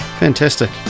Fantastic